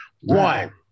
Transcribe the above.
One